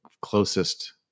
closest